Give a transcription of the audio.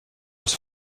was